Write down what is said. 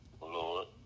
Lord